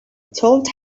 told